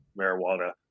marijuana